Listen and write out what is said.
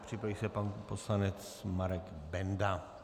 Připraví se pan poslanec Marek Benda.